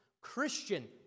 Christian